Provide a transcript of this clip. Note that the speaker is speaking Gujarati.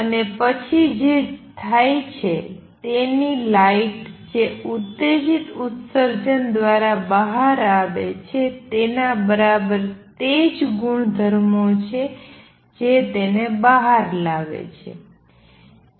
અને પછી જે થાય છે તેથી લાઇટ જે ઉત્તેજિત ઉત્સર્જન દ્વારા બહાર આવે છે તેના બરાબર તે જ ગુણધર્મો છે જે તેને બહાર લાવે છે